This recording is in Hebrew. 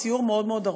בסיור מאוד מאוד ארוך,